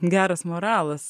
geras moralas